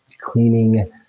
cleaning